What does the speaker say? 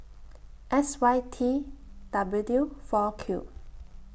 S Y T W four Q